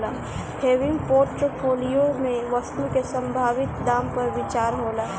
हेविंग portfolio में वस्तु के संभावित दाम पर विचार होला